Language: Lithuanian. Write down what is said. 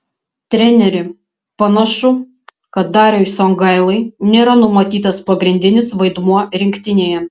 treneri panašu kad dariui songailai nėra numatytas pagrindinis vaidmuo rinktinėje